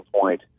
point